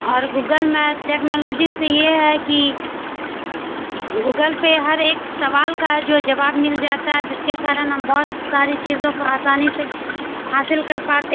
اور Google map technology سے یہ ہے کی گوگل پہ ہر ایک سوال کا جو جواب مل جاتا ہے جس کے کارن ہم بہت ساری چیزوں کو آسانی سے حاصل کر پاتے